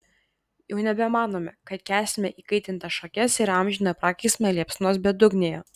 jau nebemanome kad kęsime įkaitintas šakes ir amžiną prakeiksmą liepsnos bedugnėje